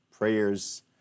Prayers